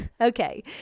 Okay